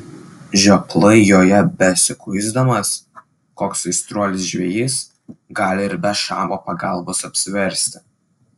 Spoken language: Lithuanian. žioplai joje besikuisdamas koks aistruolis žvejys gali ir be šamo pagalbos apsiversti